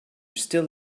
still